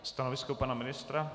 Stanovisko pana ministra?